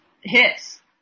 hits